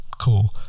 cool